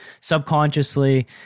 subconsciously